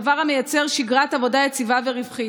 דבר המייצר שגרת עבודה יציבה ורווחית,